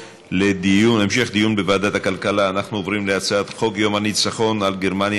(תיקון מס' 67) (הרחבת האיסור על שיגור דבר פרסומת),